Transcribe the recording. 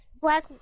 black